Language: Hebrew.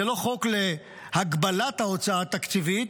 זה לא חוק להגבלת ההוצאה התקציבית,